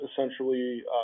essentially